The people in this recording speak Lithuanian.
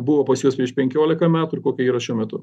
buvo pas juos prieš penkiolika metų ir kokia yra šiuo metu